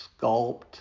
sculpt